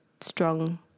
strong